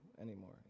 anymore